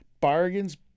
bargains